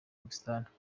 afghanistan